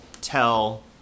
tell